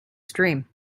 stream